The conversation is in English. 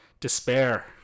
despair